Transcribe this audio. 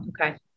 Okay